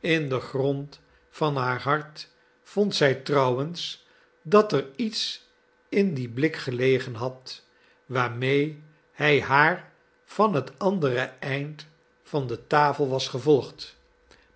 in den grond van haar hart vond zij trouwens dat er iets in dien blik gelegen had waarmee hij haar van het andere eind van de tafel was gevolgd